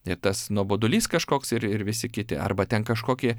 ir tas nuobodulys kažkoks ir ir visi kiti arba ten kažkokį